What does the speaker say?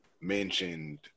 mentioned